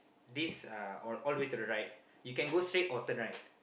this uh all all the way to the right you can go straight or turn right